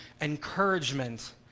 encouragement